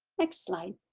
next slide.